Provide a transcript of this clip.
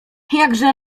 jakże